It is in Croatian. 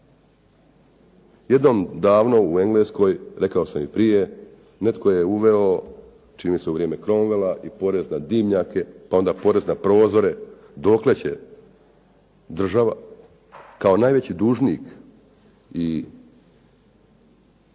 Jednom davno u Engleskoj, rekao sam i prije, netko je uveo, čini mi se u vrijeme Cromwella i porez na dimnjake, pa onda porez prozore, dokle će država kao najveći dužnik i